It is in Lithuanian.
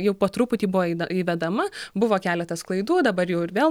jau po truputį buvo įvedama buvo keletas klaidų dabar jau ir vėl